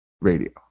radio